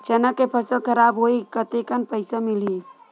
चना के फसल खराब होही कतेकन पईसा मिलही?